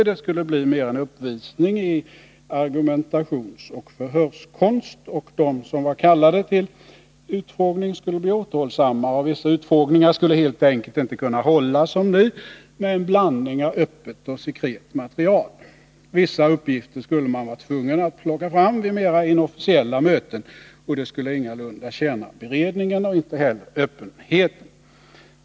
De skulle mera bli en uppvisning i argumentationsoch förhörskonst. De som var kallade till utfrågning skulle bli återhållsammare, och vissa utfrågningar skulle helt enkelt inte kunna hållas som nu med en blandning av öppet och sekret material. Vissa uppgifter skulle man vara tvungen att plocka fram vid mera inofficiella möten, och det skulle ingalunda tjäna beredningen och inte heller öppenheten.